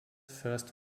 first